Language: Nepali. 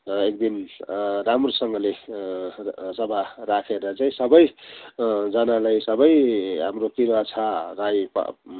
एकदिन राम्रोसँगले सभा राखेर चाहिँ सबै जनालाई सबै हाम्रो किराँत राई